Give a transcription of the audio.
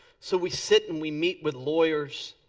so we sit and we meet with lawyers.